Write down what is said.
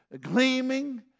gleaming